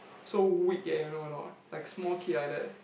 so weak eh you know or not like small kid like that